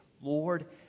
Lord